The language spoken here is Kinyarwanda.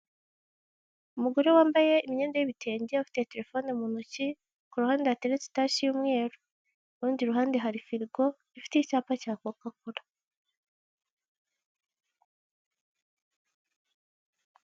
Umugore wambaye imyenda y'ibitenge ufite terefone mu ntoki ku ruhande hateretse itasi y'umweru, ku rundi ruhande hari firigo ifiteho icyapa cya Coka Cola.